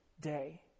day